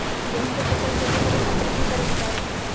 गेहूं के फसल जल्दी बड़े खातिर की करे के चाही?